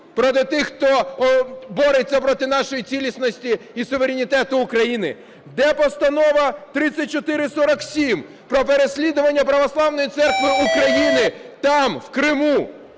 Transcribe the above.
проти тих, хто бореться проти нашої цілісності і суверенітету України? Де Постанова 3447 про переслідування Православної Церкви України там, в Криму?